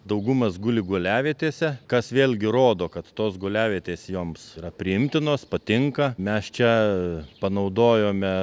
daugumas guli guliavietėse kas vėlgi rodo kad tos guliavietės joms yra priimtinos patinka mes čia panaudojome